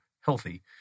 healthy